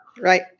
Right